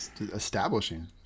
Establishing